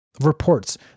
Reports